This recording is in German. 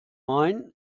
main